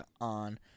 on